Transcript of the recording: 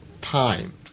time